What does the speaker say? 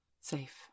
Safe